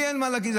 לי אין מה להגיד.